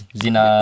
zina